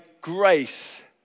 grace